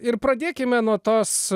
ir pradėkime nuo tos